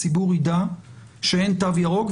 הציבור ידע שאין תו ירוק,